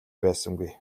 байсангүй